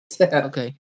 Okay